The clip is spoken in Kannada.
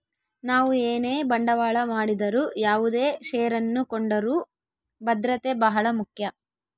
ನಾವು ಏನೇ ಬಂಡವಾಳ ಮಾಡಿದರು ಯಾವುದೇ ಷೇರನ್ನು ಕೊಂಡರೂ ಭದ್ರತೆ ಬಹಳ ಮುಖ್ಯ